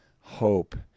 hope